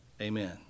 Amen